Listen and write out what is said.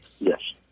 Yes